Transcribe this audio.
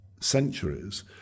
centuries